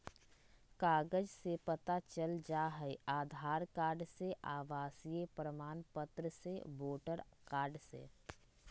कागज से पता चल जाहई, आधार कार्ड से, आवासीय प्रमाण पत्र से, वोटर कार्ड से?